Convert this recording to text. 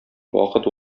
вакыт